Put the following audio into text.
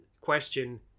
question